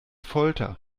folter